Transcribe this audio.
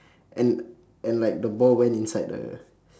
and and like the ball went inside the